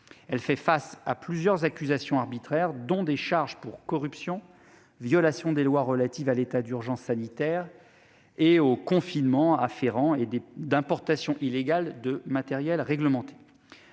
Elle fait face à plusieurs accusations arbitraires : corruption ; violation des lois relatives à l'état d'urgence sanitaire et au confinement ; importation illégale de matériel réglementé.